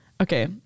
Okay